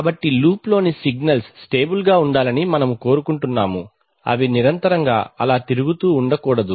కాబట్టి లూప్లోని signals stable గా ఉండాలని మనము కోరుకుంటున్నాము అవి నిరంతరం అలా తిరుగుతూ ఉండకూడదు